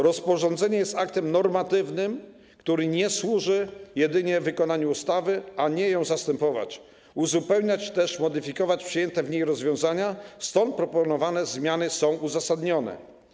Rozporządzenie jest aktem normatywnym, który może służyć jedynie wykonaniu ustawy, a nie ją zastępować, uzupełniać bądź też modyfikować przyjęte w niej rozwiązania, stąd proponowane zmiany są uzasadnione.